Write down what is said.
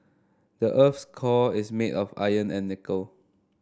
the earth's core is made of iron and nickel